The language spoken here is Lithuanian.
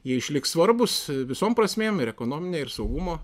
jie išliks svarbūs visom prasmėm ir ekonomine ir saugumo